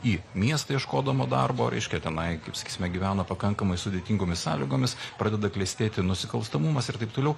į miestą ieškodama darbo reiškia tenai kaip sakysime gyvena pakankamai sudėtingomis sąlygomis pradeda klestėti nusikalstamumas ir taip toliau